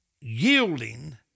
yielding